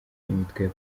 imitwe